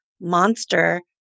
monster